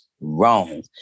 wrong